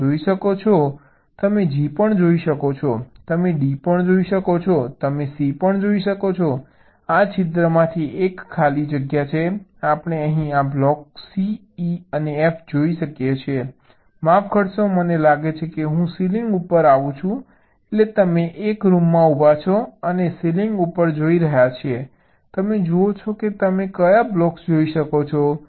તમે જોઈ શકો છો તમે G જોઈ શકો છો તમે D જોઈ શકો છો તમે C જોઈ શકો છો આ છિદ્રમાંથી એક ખાલી જગ્યા છે આપણે આ બ્લોક C E અને F જોઈ શકીએ છીએ માફ કરશો મને લાગે છે કે હું સીલિંગ ઉપર આવું છું એટલે તમે એક રૂમમાં ઉભા છે અને સીલિંગ ઉપર જોઈ રહ્યા છીએ તમે જુઓ છો કે તમે કયા બ્લોક્સ જોઈ શકો છો